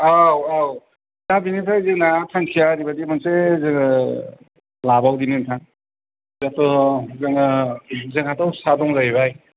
औ औ दा बिनिफ्राय जोंना थांखिया ओरैबायदि मोनसे जोङो लाबावदिनि नोंथां जोंहाथ' जोङो जोंहाथ' फिसा दं जाहैबाय